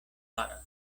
faras